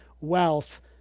wealth